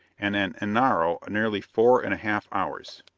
and an enaro nearly four and a half hours.